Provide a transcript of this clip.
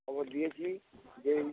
খবর দিয়েছি যে এই